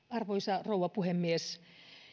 arvoisa rouva puhemies